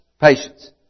patience